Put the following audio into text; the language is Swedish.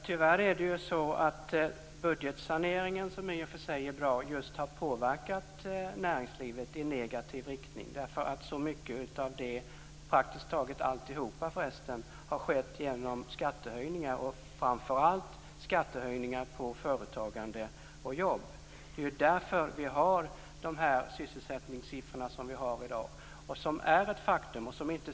Herr talman! Tyvärr har budgetsaneringen, som i och för sig är bra, påverkat näringslivet i negativ riktning eftersom praktiskt taget alltihop har skett genom skattehöjningar, och framför allt skattehöjningar på företagande och jobb. Det är därför vi har de sysselsättningssiffror vi har i dag. De är ett faktum.